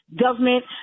government